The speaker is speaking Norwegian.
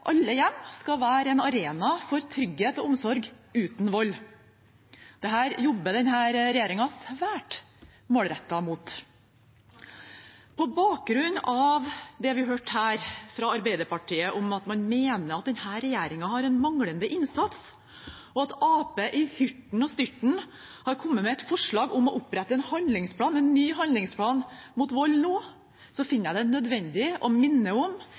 alle hjem skal være en arena for trygghet og omsorg – uten vold. Dette jobber denne regjeringen svært målrettet for. På bakgrunn av det vi hørte fra Arbeiderpartiet her, at man mener at denne regjeringen har manglende innsats, og på bakgrunn av at Arbeiderpartiet i hurten og sturten nå har kommet med et forslag om å opprette en ny handlingsplan mot vold, finner jeg det nødvendig å minne om